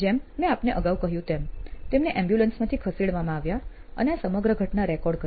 જેમ મેં આપને અગાઉ કહ્યું તેમ તેમને એમ્બ્યુલન્સ માંથી ખસેડવામાં આવ્યા અને આ સમગ્ર ઘટના રેકોર્ડ કરી